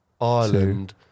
Ireland